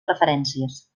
preferències